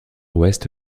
ouest